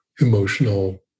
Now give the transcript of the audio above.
emotional